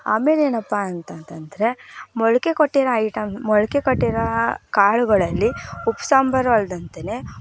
ಆಮೇಲೆ ಏನಪ್ಪಾ ಅಂತಂತಂದರೆ ಮೊಳಕೆ ಕೊಟ್ಟಿರೊ ಐಟಮ್ ಮೊಳಕೆ ಕಟ್ಟಿರೋ ಕಾಳುಗಳಲ್ಲಿ ಉಪ್ಸಾಂಬಾರು ಅಲ್ದಂತೆಯೇ